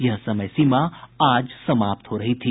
यह समय सीमा आज समाप्त हो रही थी